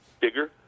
bigger